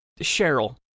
Cheryl